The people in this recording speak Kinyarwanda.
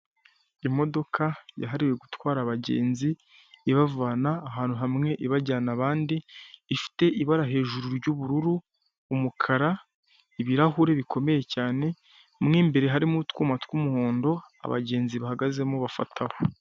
Imodoka yahariwe gutwara abagenzi ibavana ahantu hamwe ibajyana ahandi, ifite ibara hejuru ry'ubururu umukara, ibirahuri bikomeye cyane mo imbere harimo utwuma tw'umuhondo abagenzi bahagazemo bafataho.